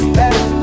better